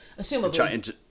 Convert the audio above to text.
assumably